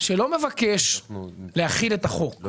שלא מבקש להחיל את החוק,